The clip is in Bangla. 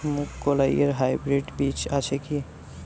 মুগকলাই এর হাইব্রিড বীজ আছে কি?